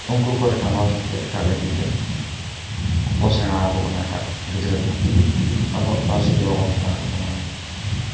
ᱩᱱᱠᱩ ᱠᱚ ᱮᱴᱟᱜ ᱵᱷᱟᱥᱟᱛᱮ ᱮᱴᱟᱜ ᱞᱮᱵᱮᱞ ᱨᱮ ᱠᱚᱠᱚ ᱥᱮᱬᱟ ᱟᱠᱚ ᱠᱟᱱᱟ ᱮᱴᱟᱜ ᱜᱤᱫᱽᱨᱟᱹ ᱠᱚ ᱟᱵᱚᱣᱟᱜ ᱯᱟᱹᱨᱥᱤ ᱫᱚ ᱵᱟᱵᱚᱱ ᱥᱮᱬᱟ ᱟᱠᱚ ᱠᱟᱱᱟ ᱟᱵᱚ